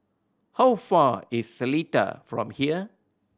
how far is Seletar from here